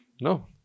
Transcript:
No